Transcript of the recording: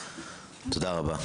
תודה רבה.